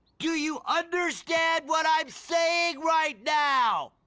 do you understand what i'm saying right now?